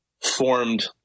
formed